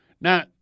Now